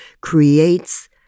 creates